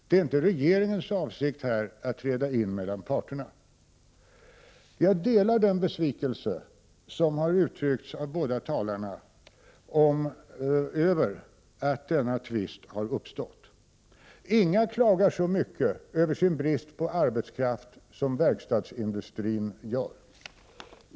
Det är inte regeringens avsikt att träda in mellan parterna. Jag delar den besvikelse som har uttryckts av båda talarna över att denna tvist har uppstått. Ingen klagar så mycket över sin brist på arbetskraft som verkstadsindustrin gör.